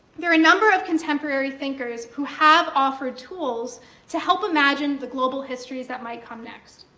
there are a number of contemporary thinkers who have offered tools to help imagine the global histories that might come next.